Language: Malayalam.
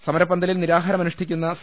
സമര പന്തലിൽ നിരാഹാരം അനുഷ്ടിക്കുന്ന സി